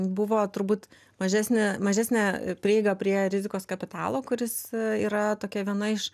buvo turbūt mažesnė mažesnė prieiga prie rizikos kapitalo kuris yra tokia viena iš